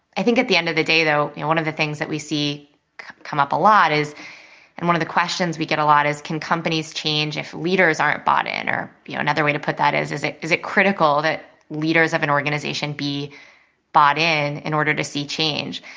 i think at the end of the day, though, one of the things that we see come up a lot and one of the questions we get a lot is can companies change if leaders aren't bought in? or you know another way to put that is, is it is it critical that leaders of an organization be bought in in order to see change?